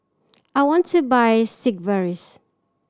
I want to buy Sigvaris